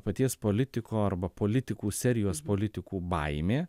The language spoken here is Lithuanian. paties politiko arba politikų serijos politikų baimė